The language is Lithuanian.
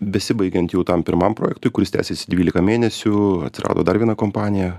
besibaigiant jau tam pirmam projektui kuris tęsėsi dvylika mėnesių atsirado dar viena kompanija